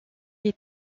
est